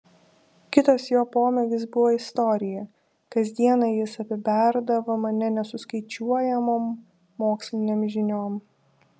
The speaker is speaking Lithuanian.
kitas jo pomėgis buvo istorija kasdieną jis apiberdavo mane nesuskaičiuojamom mokslinėm žiniom